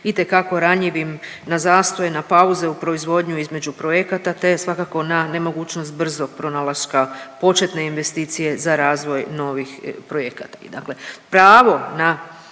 itekako ranjivim na zastoj, na pauze u proizvodnju između projekata te svakako na nemogućnost brzog pronalaska početne investicije za razvoj novih projekata.